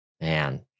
Man